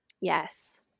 Yes